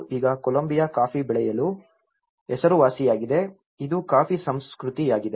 ಈಗ Colombia coffee ಬೆಳೆಯಲು ಹೆಸರುವಾಸಿಯಾಗಿದೆ ಇದು ಕಾಫಿ ಸಂಸ್ಕೃತಿಯಾಗಿದೆ